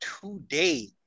today